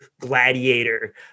gladiator